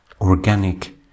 organic